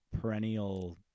perennial